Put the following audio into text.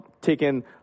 taken